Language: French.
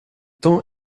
temps